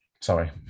Sorry